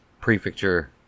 prefecture